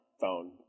phone